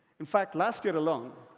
in fact, last year alone,